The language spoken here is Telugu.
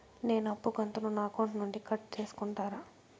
నేను అప్పు కంతును నా అకౌంట్ నుండి కట్ సేసుకుంటారా?